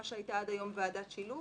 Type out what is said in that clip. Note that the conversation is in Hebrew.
מה שהיה עד היום ועדת שילוב